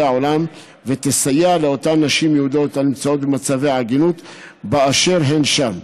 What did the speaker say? העולם ותסייע לאותן נשים יהודיות הנמצאות במצבי עגינות באשר הן שם,